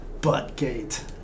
Buttgate